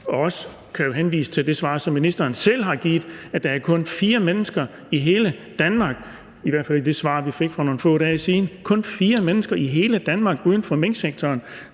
Jeg kan jo også henvise til det svar, som ministeren selv har givet, om, at der kun er fire mennesker i hele Danmark – i hvert fald ifølge det svar, vi fik for nogle få dage siden – uden for minksektoren,